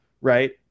Right